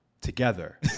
together